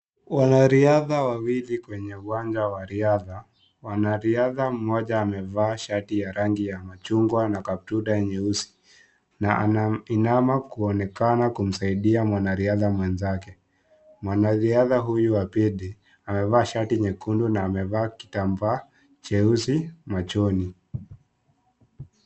Wanariadha wawili kwenye uwnaja wa riadha . Mwanariadha mmoja amevaa shati ya rangi ya machungwa na kaptura nyeusi na anainama kuonekana kusaidia mwanariadha mwenzake . Mwanariadha huyu wa pili amevaa shati nyekundu na amevaa kitambaa jeusi machoni.